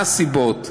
מה הן הסיבות?